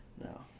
No